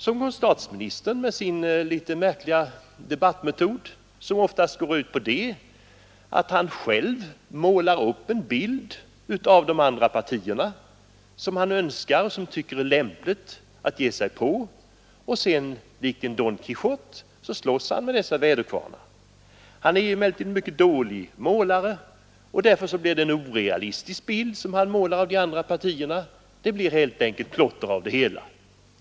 Så kom statsministern med sin litet märkliga debattmetod, som oftast går ut på att han själv målar upp en bild av de andra partierna — en bild som han önskar och tycker är lämplig att ge sig på — och sedan slåss han likt en Don Quijote mot dessa väderkvarnar. Han är emellertid en mycket dålig målare, och därför blir hans bild av de andra partierna orealistisk. Det blir helt enkelt klotter av det hela.